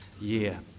year